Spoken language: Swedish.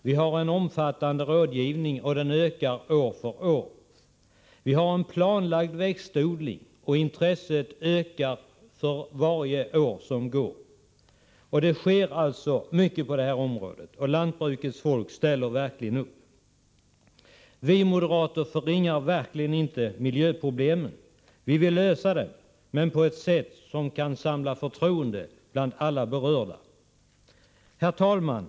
Vi har omfattande rådgivning och den ökar år från år. Vi har planlagd växtodling, och intresset ökar för varje år som går. Det sker alltså mycket på detta område, och lantbrukets folk ställer verkligen upp. Vi moderater förringar verkligen inte miljöproblemen. Vi vill lösa dem, men på ett sätt som kan inge förtroende hos alla berörda. Herr talman!